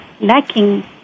lacking